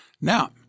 Now